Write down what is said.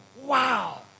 wow